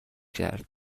کرد